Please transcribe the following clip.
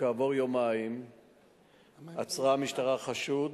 כעבור יומיים עצרה המשטה חשוד,